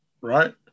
right